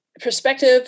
perspective